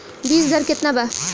बीज दर केतना बा?